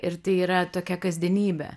ir tai yra tokia kasdienybė